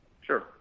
Sure